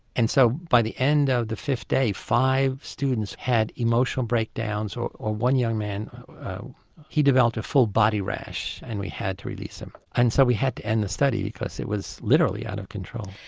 and so by the end of the fifth day five students had emotional breakdowns or or one young man he developed a full body rash and we had to release him. and so we had to end the study because it was literally out of control.